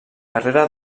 carrera